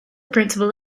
principle